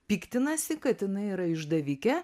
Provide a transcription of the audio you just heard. piktinasi kad jinai yra išdavikė